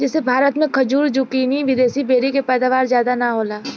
जइसे भारत मे खजूर, जूकीनी, विदेशी बेरी के पैदावार ज्यादा ना होला